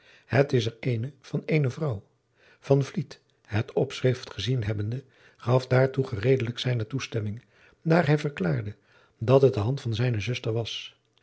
het is er eene van eene vrouw van vliet het opschrift gezien hebbende gaf daartoe gereedelijk zijne toestemming daar hij verklaarde dat het de hand van zijne zuster was